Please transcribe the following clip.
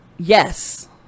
yes